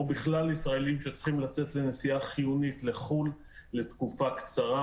או בכלל ישראלים שצריכים לצאת לנסיעה חיונית לחו"ל תקופה קצרה,